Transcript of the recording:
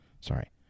Sorry